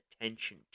attention